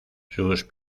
sus